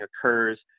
occurs